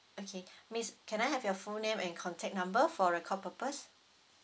okay miss can I have your full name and contact number for record purpose